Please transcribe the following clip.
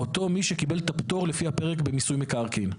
אותו מי שקיבל את הפטור לפי הפרק במיסוי מקרקעין.